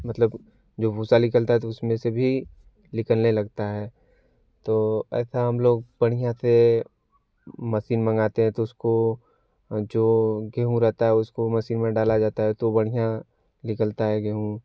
मतलब जो भूसा निकलता है तो उसमें से भी निकलने लगता है तो ऐसा हम लोग बढियाँ से मसीन मँगाते हैं तो उसको जो गेहूँ रहता है उसको मसीन में डाला जाता है तो बढियाँ निकलता है गेहूँ